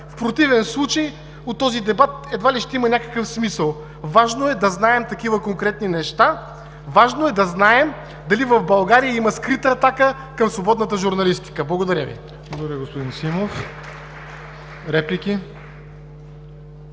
В противен случай от този дебат едва ли ще има някакъв смисъл. Важно е да знаем такива конкретни неща, важно е да знаем дали в България има скрита атака към свободната журналистика. Благодаря Ви. (Ръкопляскания от „БСП